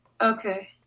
Okay